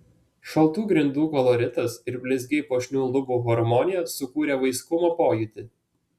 šaltų grindų koloritas ir blizgiai puošnių lubų harmonija sukūrė vaiskumo pojūtį